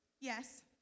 yes